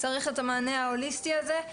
צריך את המענה ההוליסטי הזה.